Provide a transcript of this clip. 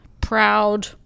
proud